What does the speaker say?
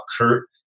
Kurt